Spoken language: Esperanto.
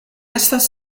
estas